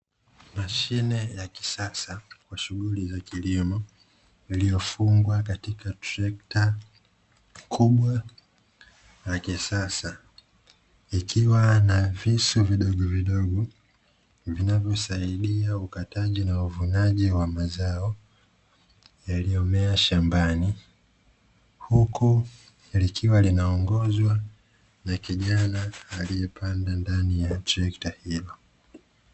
Mashine ya kisasa kwa shughuli za kilimo, iliyofungwa katika trekta kubwa la kisasa ikiwa na visu vidogovidogo, vinavyosaidia ukataji na uvunaji wa mazao yaliyomea shambani, huku likiwa linaongozwa na kijana aliyepanda ndani ya trekta hilo.